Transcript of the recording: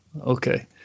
Okay